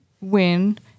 win